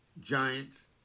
Giants